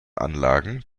anlagen